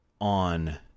on